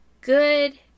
good